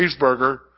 cheeseburger